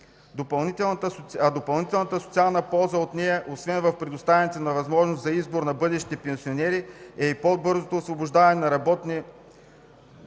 допълнителната социална полза от нея, освен в предоставянето на възможност за избор на бъдещи пенсионери, е и по-бързото освобождаване на работни